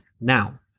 Now